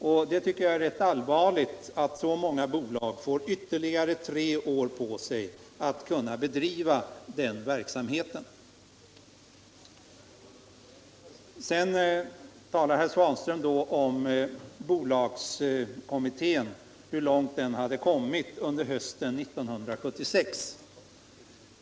Och jag tycker att det är allvarligt att de bolagen får ytterligare tre år på sig för att bedriva den verksamheten. Sedan talade herr Svanström om hur långt bolagskommittén hade kommit i sitt arbete hösten 1976.